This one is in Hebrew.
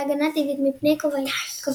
להגנה טבעית מפני כובשים.